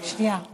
שנייה.